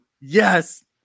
Yes